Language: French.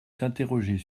s’interroger